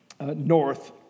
north